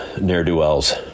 ne'er-do-wells